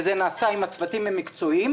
וזה נעשה עם הצוותים המקצועיים.